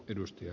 kannatan